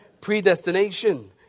Predestination